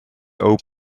old